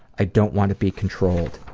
i don't wanna be controlled.